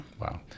Wow